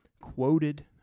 quoted